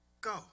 go